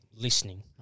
listening